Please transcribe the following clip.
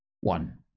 one